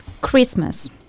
Christmas